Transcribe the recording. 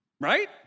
right